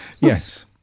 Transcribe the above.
Yes